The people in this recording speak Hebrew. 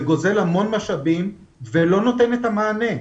הוא גוזל המון משאבים והוא לא נותן את המענה.